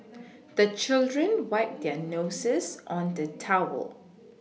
the children wipe their noses on the towel